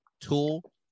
tool